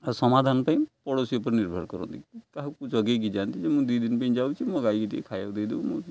ଆଉ ସମାଧାନ ପାଇଁ ପଡ଼ୋଶୀ ଉପରେ ନିର୍ଭର କରନ୍ତି କାହାକୁ ଜଗେଇକି ଯାଆନ୍ତି ଯେ ମୁଁ ଦୁଇ ଦିନ ପାଇଁ ଯାଉଛି ମୋ ଗଈକୁ ଟିକିଏ ଖାଇବାକୁ ଦେଇଦେବୁ ମୁଁ